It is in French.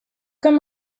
comme